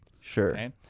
Sure